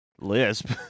lisp